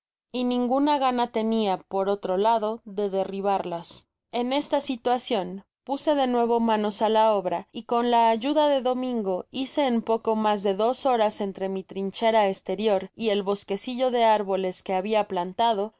y ninguna gana tenia por otro lado de derribarlas en esta situacion puse de nuevo manos á la obra y con la ayuda de domingo tice en poco mas de dos horas entre mi trinchera estertor y el bosquecillo de árbolos que habia plantado